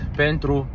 pentru